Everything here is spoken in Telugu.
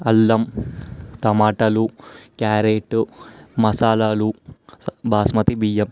అల్లం టమాటలు క్యారెట్టు మసాలాలు బాస్మతి బియ్యం